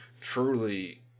truly